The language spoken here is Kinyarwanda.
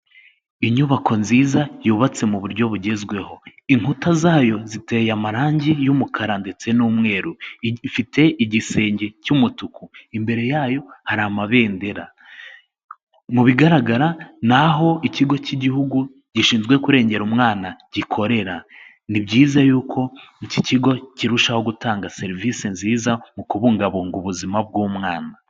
Inyubako nziza yubatse mu buryo bugezweho, inkuta zayo ziteye amarangi y'umukara ndetse n'umweru, ifite igisenge cy'umutuku, imbere yayo hari amabendera. Mu bigaragara ni aho ikigo cy'igihugu gishinzwe kurengera umwana gikorera. Ni byiza yuko iki kigo kirushaho gutanga serivise nziza mu kubungabunga ubuzima bw'umwana.